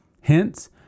Hence